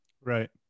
Right